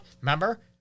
remember